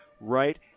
right